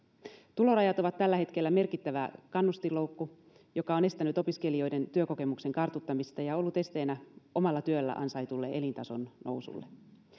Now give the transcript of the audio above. tulorajat ovat tällä hetkellä merkittävä kannustinloukku joka on estänyt opiskelijoiden työkokemuksen kartuttamista ja ollut esteenä omalla työllä ansaitulle elintason nousulle